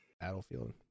Battlefield